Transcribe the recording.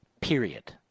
Period